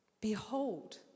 Behold